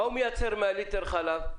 מה הוא מייצר מליטר חלב?